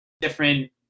different